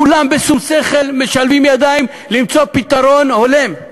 כולם בשום שכל משלבים ידיים למצוא פתרון הולם.